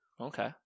Okay